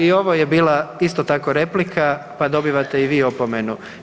I ovo je bila isto tako replika, pa dobivate i vi opomenu.